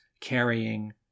carrying